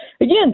Again